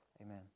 Amen